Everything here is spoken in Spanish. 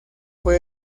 fue